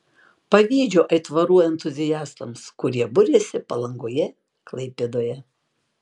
pavydžiu aitvarų entuziastams kurie buriasi palangoje klaipėdoje